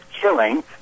killing